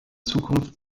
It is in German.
zukunft